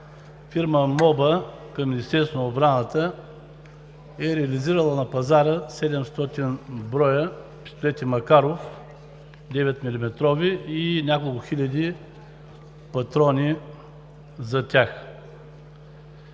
фирма „МОБА“ към Министерството на отбраната е реализирала на пазара 700 броя пистолети „Макаров“ – 9-милиметрови, и няколко хиляди патрони за тях.